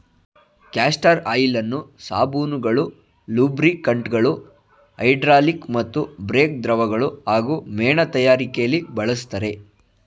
castor ಆಯಿಲನ್ನು ಸಾಬೂನುಗಳು ಲೂಬ್ರಿಕಂಟ್ಗಳು ಹೈಡ್ರಾಲಿಕ್ ಮತ್ತು ಬ್ರೇಕ್ ದ್ರವಗಳು ಹಾಗೂ ಮೇಣ ತಯಾರಿಕೆಲಿ ಬಳಸ್ತರೆ